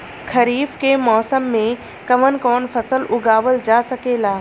खरीफ के मौसम मे कवन कवन फसल उगावल जा सकेला?